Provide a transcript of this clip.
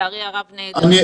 לצערי הרב הם נעדרים.